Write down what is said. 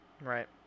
Right